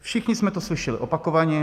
Všichni jsme to slyšeli opakovaně.